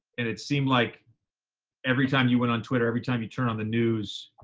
and it seemed like every time you went on twitter, every time you'd turn on the news,